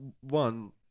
one